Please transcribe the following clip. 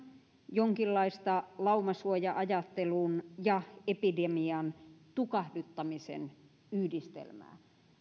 jonkinlaista laumasuoja ajattelun ja epidemian tukahduttamisen yhdistelmää